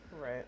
Right